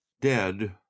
dead